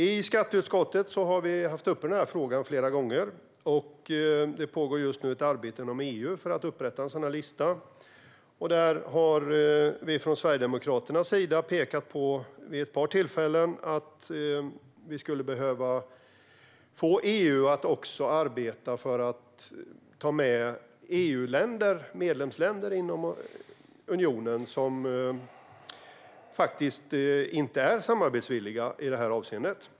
I skatteutskottet har vi haft uppe frågan flera gånger, och det pågår just nu ett arbete inom EU för att upprätta en sådan här lista. Från Sverigedemokraternas sida har vi vid ett par tillfällen pekat på att vi skulle behöva få EU att också arbeta för att ta med EU-länder som inte är samarbetsvilliga i detta avseende.